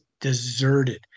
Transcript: deserted